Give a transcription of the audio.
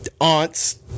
aunts